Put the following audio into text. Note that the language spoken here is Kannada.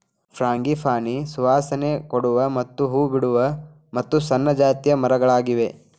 ಫ್ರಾಂಗಿಪಾನಿ ಸುವಾಸನೆ ಕೊಡುವ ಮತ್ತ ಹೂ ಬಿಡುವ ಮತ್ತು ಸಣ್ಣ ಜಾತಿಯ ಮರಗಳಾಗಿವೆ